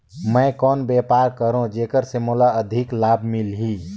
मैं कौन व्यापार करो जेकर से मोला अधिक लाभ मिलही?